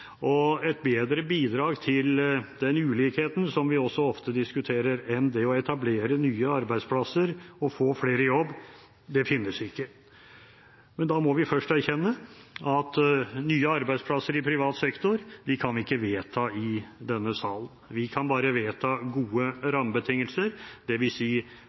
familie. Et bedre bidrag til den ulikheten, som vi også ofte diskuterer, enn det å etablere nye arbeidsplasser og få flere i jobb finnes ikke. Men da må vi først erkjenne at nye arbeidsplasser i privat sektor kan vi ikke vedta i denne salen. Vi kan bare vedta gode